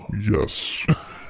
Yes